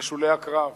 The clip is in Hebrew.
בשולי הקרב,